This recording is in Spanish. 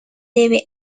debe